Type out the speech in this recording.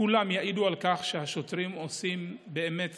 כולם יעידו על כך שהשוטרים עושים באמת